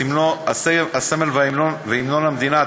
הסמל והמנון המדינה,